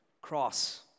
cross